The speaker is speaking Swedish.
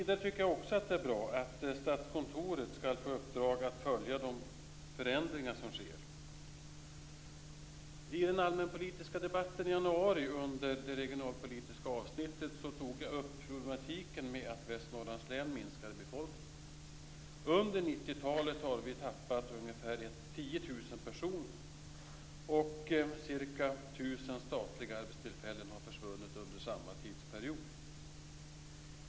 Jag tycker också att det är bra att Statskontoret skall få i uppdrag att följa de förändringar som sker. I det regionalpolitiska avsnittet av den allmänpolitiska debatten i januari tog jag upp problematiken att Västernorrlands läns befolkning minskar. Under 90-talet har vi tappat ungefär 10 000 personer, och ca 1 000 statliga arbetstillfällen har försvunnit under samma tidsperiod.